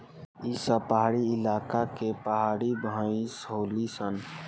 ई सब पहाड़ी इलाका के पहाड़ी भईस होली सन